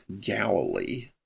Galilee